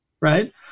Right